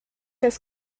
des